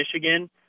Michigan